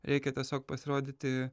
reikia tiesiog pasirodyti